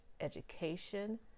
education